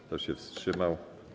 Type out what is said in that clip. Kto się wstrzymał?